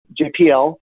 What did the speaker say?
JPL